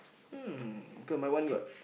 um because my one got